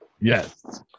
Yes